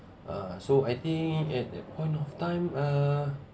err so I think at that point of time err